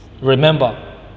Remember